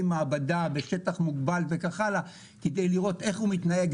מעבדה בשטח מוגבל כדי לראות איך הוא מתנהג,